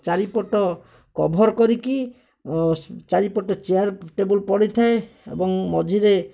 ଚାରିପଟ କଭର୍ କରିକି ଓ ଚାରିପଟେ ଚେୟାର୍ ଟେବୁଲ୍ ପଡ଼ିଥାଏ ଏବଂ ମଝିରେ